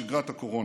שגרת הקורונה.